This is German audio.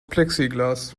plexiglas